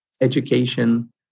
education